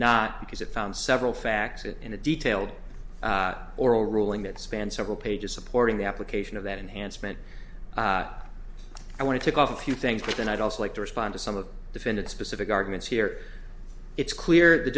not because it found several facts it in a detailed oral ruling that spanned several pages supporting the application of that enhancement i want to tick off a few things and i'd also like to respond to some of the defendant specific arguments here it's clear that